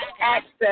access